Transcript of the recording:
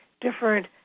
different